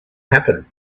happen